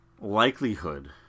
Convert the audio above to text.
likelihood